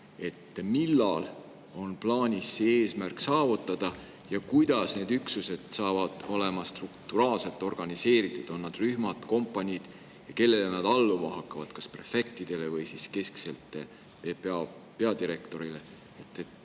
Millal on plaanis see eesmärk saavutada ja kuidas need üksused saavad olema strukturaalselt organiseeritud, on nad rühmad või kompaniid? Kellele nad alluma hakkavad, kas prefektidele või keskselt PPA peadirektorile?